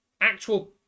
actual